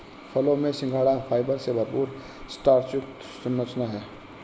फलों में सिंघाड़ा फाइबर से भरपूर स्टार्च युक्त संरचना है